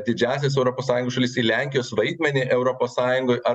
didžiąsias europos sąjungos šalis į lenkijos vaidmenį europos sąjungoj ar